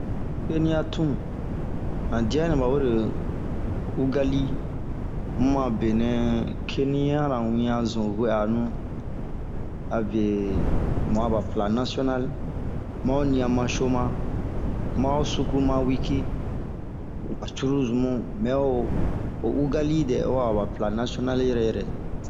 Keniya tun ,han dia nɛɛ ba we ro Ogali, munh a benɛ kenianra wure zun mawe'anu. Abie mun aba pla nasiɔnali, ma ho sukumawiki, ba cururu zunbu mɛɛa ho ugali nɛ a ba pla natiɔnali yirɛ yirɛ mi.